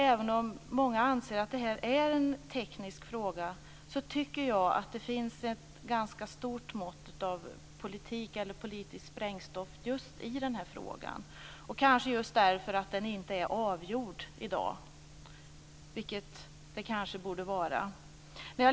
Även om många anser att det är en teknisk fråga tycker jag att det finns ett ganska stort mått av politiskt sprängstoff i just den frågan - kanske just därför att den inte är avgjord i dag, vilket den kanske borde vara.